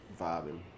vibing